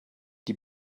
die